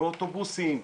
באוטובוסים,